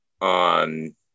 on